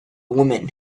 woman